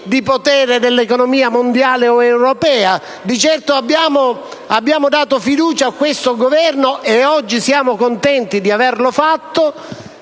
di potere dell'economia mondiale o europea; di certo abbiamo dato fiducia all'attuale Governo, e oggi siamo contenti di averlo fatto,